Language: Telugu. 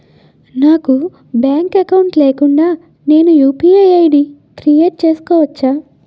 నాకు బ్యాంక్ అకౌంట్ లేకుండా నేను యు.పి.ఐ ఐ.డి క్రియేట్ చేసుకోవచ్చా?